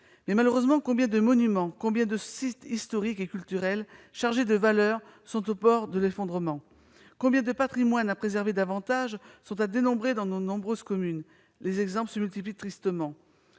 Mais, malheureusement, combien de monuments, combien de sites historiques et culturels, chargés de valeur, sont au bord de l'effondrement ? Combien de patrimoines à préserver davantage sont à dénombrer dans nos nombreuses communes ? Les exemples se multiplient tristement.